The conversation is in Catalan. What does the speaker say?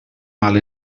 mal